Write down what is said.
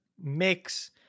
mix